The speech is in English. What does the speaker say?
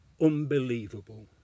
Unbelievable